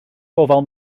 gofal